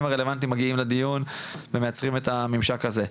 הרלוונטיים מגיעים לדיון ומייצרים את הממשק הזה.